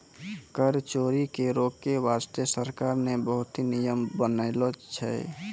कर चोरी के रोके बासते सरकार ने बहुते नियम बनालो छै